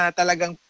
talagang